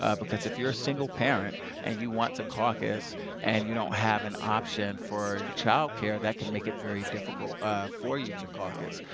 ah if you are a single parent and you want to caucus and you don't have an option for childcare, that can make it very difficult for you to caucus.